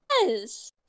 Yes